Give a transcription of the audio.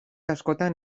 askotan